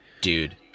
dude